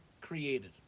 created